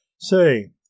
Say